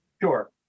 Sure